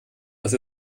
dass